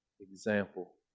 example